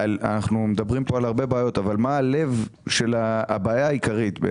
אנחנו מדברים כאן על הרבה בעיות אבל מה הלב של הבעיה העיקרית?